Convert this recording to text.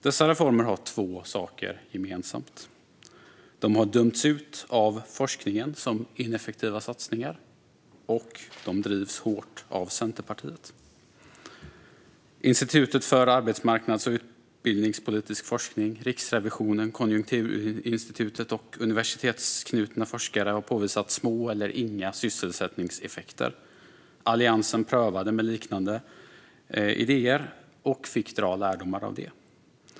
Dessa reformer har två saker gemensamt: De har dömts ut av forskningen som ineffektiva satsningar, och de drivs hårt av Centerpartiet. Institutet för arbetsmarknads och utbildningspolitisk utvärdering, Riksrevisionen, Konjunkturinstitutet och universitetsknuta forskare har påvisat små eller inga sysselsättningseffekter. Alliansen prövade liknande idéer och fick dra lärdomar av det.